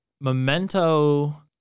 Memento